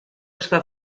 está